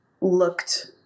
looked